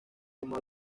tomado